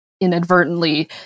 inadvertently